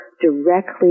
directly